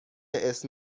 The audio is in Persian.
اسم